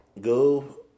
go